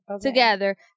together